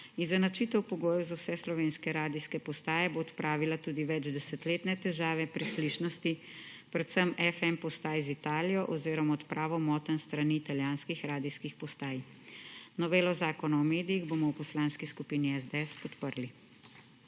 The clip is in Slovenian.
Izenačitev pogojev za vse slovenske radijske postaje bo odpravila tudi večdesetletne težave pri slišnosti, predvsem FM postaj z Italijo oziroma odpravo motenj s strani italijanskih radijskih postaj. Novelo Zakona o medijih bomo v Poslanski skupini SDS podprli.